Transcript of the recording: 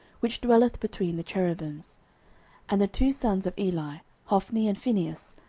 which dwelleth between the cherubims and the two sons of eli, hophni and phinehas,